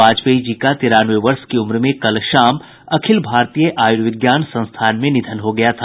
वाजपेयी जी का तिरानवे वर्ष की उम्र में कल शाम अखिल भारतीय आयुर्विज्ञान संस्थान में निधन हो गया था